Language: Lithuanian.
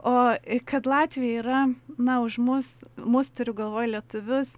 o kad latviai yra na už mus mus turiu galvoj lietuvius